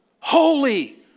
Holy